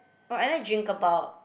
oh I like drink about